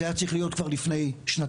זה היה צריך להיות כבר לפני שנתיים,